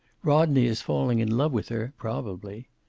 rodney is falling in love with her, probably.